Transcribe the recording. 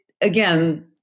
again